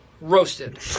Roasted